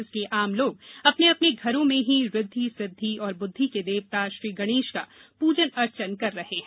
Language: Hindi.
इसलिए आम लोग अपने अपने घरों में ही ऋद्वि सिद्वि और बुद्धि के देवता श्री गणेष का पूजन अर्चन कर रहे हैं